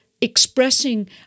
expressing